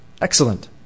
excellent